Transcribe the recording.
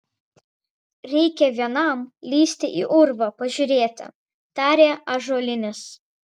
reikia vienam lįsti į urvą pažiūrėti tarė ąžuolinis